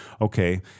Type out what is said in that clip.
okay